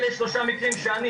אלה הם שלושה מקרים שאני